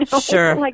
Sure